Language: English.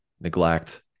neglect